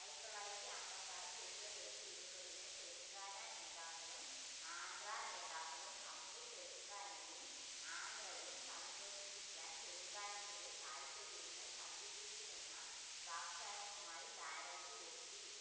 ആയിരത്തി തൊള്ളായിരത്തി അമ്പത്താറ് ഫെബ്രുവരി ഇരുപതിന് തെലങ്കാന നേതാക്കളും ആന്ധ്രാ നേതാക്കളും തമ്മിൽ തെലങ്കാനയും ആന്ധ്രയും സംയോജിപ്പിക്കാൻ തെലങ്കാനയുടെ താൽപ്പര്യങ്ങൾ സംരക്ഷിക്കുമെന്ന വാഗ്ദാനവുമായി ധാരണയിലെത്തി